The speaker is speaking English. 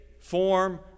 form